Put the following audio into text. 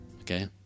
Okay